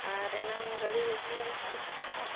ᱟᱨ ᱮᱱᱟᱝ ᱜᱟ ᱰᱤ ᱟ ᱜᱩ ᱞᱮ ᱢᱮᱛᱟᱜ ᱢᱮ ᱛᱟᱦᱮᱸᱜ ᱫᱚ